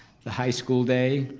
the high school day